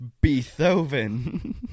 Beethoven